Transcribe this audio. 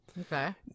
Okay